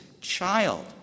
child